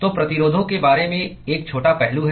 तो प्रतिरोधों के बारे में 1 छोटा पहलू है